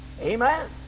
Amen